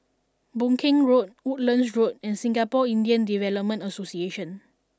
Boon Keng Road Woodlands Road and Singapore Indian Development Association